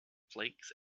flakes